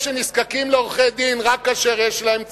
שנזקקים לעורכי-דין רק כאשר יש להם צרות.